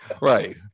Right